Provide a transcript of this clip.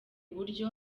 uburyo